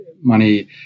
money